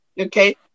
Okay